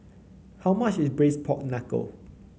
how much is Braised Pork Knuckle